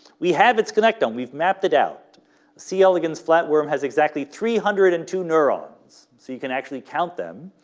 we have its connect on we've mapped it out c elegans flatworm has exactly three hundred and two neurons so you can actually count them,